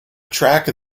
track